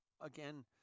again